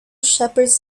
shepherds